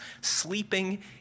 sleeping